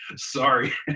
sorry.